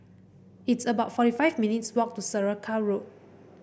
it's about forty five minutes' walk to Saraca Road